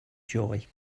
joy